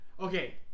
okay